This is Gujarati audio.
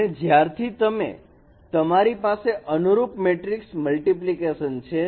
અને જ્યારથી તમારી પાસે અનુરૂપ મેટ્રિકસ મલ્ટીપ્લિકેશન છે